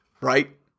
right